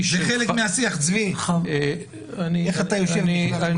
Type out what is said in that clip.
חברת הכנסת לסקי ציטטה את מגילת העצמאות אבל